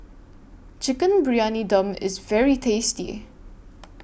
Chicken Briyani Dum IS very tasty